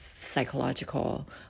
psychological